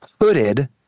hooded